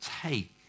take